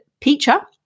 Pizza